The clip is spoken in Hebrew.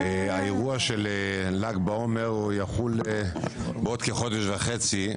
האירוע של ל"ג בעומר יחול בעוד כחודש וחצי,